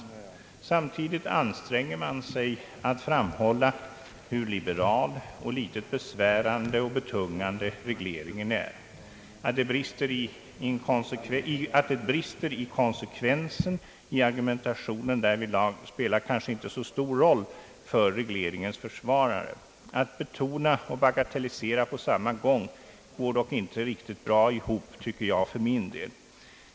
Samtidigt anstränger man sig att framhålla hur liberal och litet besvärande och betungande regleringen är. Att det brister i argumentationens konsekvens därvidlag spelar kanske inte så stor roll för regleringens försvarare; att betona och på samma gång bagatellisera går dock inte riktigt bra ihop, tycker jag för min del.